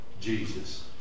Jesus